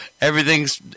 Everything's